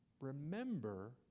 remember